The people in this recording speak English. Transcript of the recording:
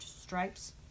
Stripes